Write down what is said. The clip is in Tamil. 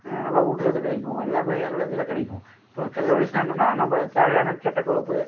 நல்லா ஊட்டச்சத்து கிடைக்கும் எல்லாம் எல்லா இதில் கிடைக்கும் இப்போ கலோரிஸ்னா என்னென்னா நம்ம தேவையான கெட்ட கொழுப்பு